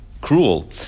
cruel